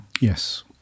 Yes